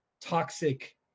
toxic